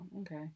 okay